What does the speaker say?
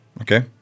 Okay